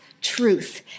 truth